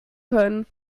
können